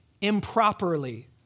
improperly